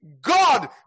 God